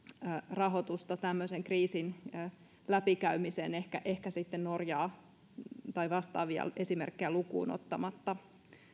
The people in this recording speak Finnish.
rahoitusta tämmöisen kriisin läpikäymiseen ehkä ehkä sitten norjaa tai vastaavia esimerkkejä lukuun ottamatta